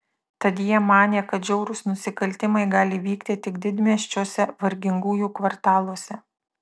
tad jie manė kad žiaurūs nusikaltimai gali vykti tik didmiesčiuose vargingųjų kvartaluose